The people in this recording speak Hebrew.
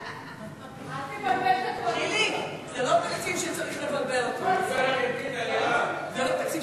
הצעת ועדת הכנסת לתיקון סעיף 118(א) לתקנון הכנסת